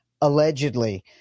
allegedly